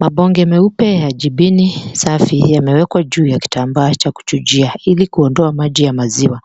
Mabonge meupe ya jibini safi, yamewekwa juu ya kitambaa cha kuchujia ili kuondoa maji ya maziwa.